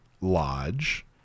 Lodge